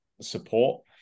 support